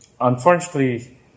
Unfortunately